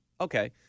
Okay